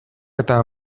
eta